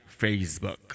Facebook